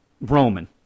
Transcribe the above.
Roman